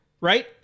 right